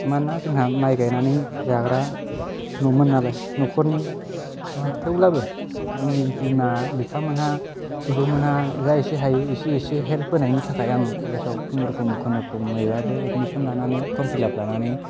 मानोना जोंहा माइ गायनानै जाग्रा न'मोन नालाय न'खरनि थेवब्लाबो आंनि बिमा बिफामोनहा बिब'मोनहा जा एसे हायो एसे एसे हेल्प होनायनि थाखाय आं कलेज आव खुनुरुखुम खुनुरुखुमैबाबो एडमिशन लानानै फर्म फिल आप लानानै